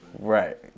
Right